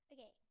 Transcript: Okay